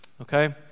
Okay